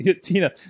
Tina